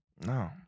No